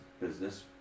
business